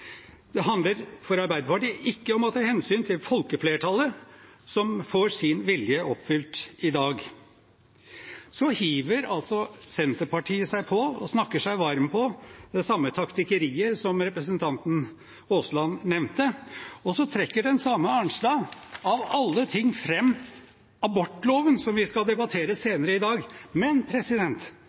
Det handler for Arbeiderpartiet ikke om å ta hensyn til folkeflertallet, som får sin vilje oppfylt i dag. Så hiver Senterpartiet seg på og snakker seg varm på det samme taktikkeriet som representanten Aasland nevnte. Så trekker den samme Arnstad fram – av alle ting – abortloven, som vi skal debattere senere i dag. Men